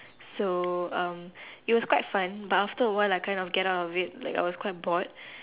so um it was quite fun but after a while I kind of get out if like I was quite bored